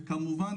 וכמובן,